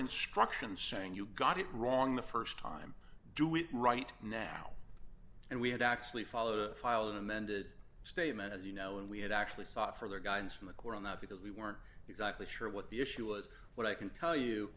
instruction saying you got it wrong the st time do it right now and we had actually followed to file an amended statement as you know and we had actually sought for their guidance from the court on that because we weren't exactly sure what the issue was what i can tell you